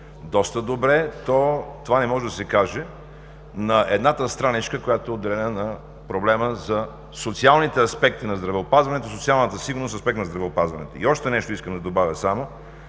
доста добре, то това не може да се каже за едната страничка, която е отделена на проблема за социалните аспекти на здравеопазването, социалната сигурност в аспект на здравеопазването. И още нещо искам да добавя само,